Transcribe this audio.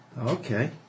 okay